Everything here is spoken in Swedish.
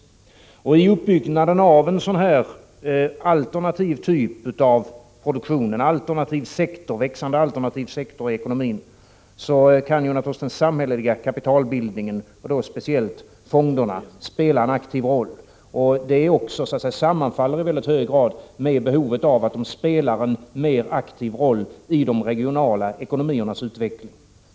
I uppbyggnaden av en sådan växande alternativ sektor i ekonomin kan naturligtvis den samhälleliga kapitalbildningen, och då speciellt fonderna, spela en aktiv roll. Detta sammanfaller i mycket hög grad med behovet av att de spelar en mer aktiv roll i de regionala ekonomiernas utveckling.